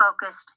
focused